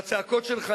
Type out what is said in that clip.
הצעקות שלך,